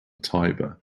tiber